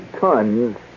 tons